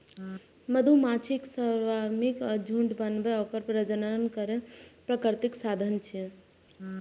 मधुमाछीक स्वार्मिंग या झुंड बनब ओकर प्रजनन केर प्राकृतिक साधन छियै